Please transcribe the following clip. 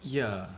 yeah